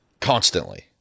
Constantly